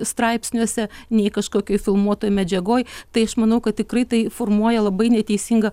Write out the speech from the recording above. straipsniuose nei kažkokioj filmuotoj medžiagoj tai aš manau kad tikrai tai formuoja labai neteisingą